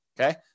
Okay